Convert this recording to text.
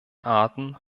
arten